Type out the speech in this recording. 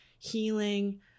healing